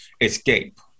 escape